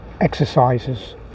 exercises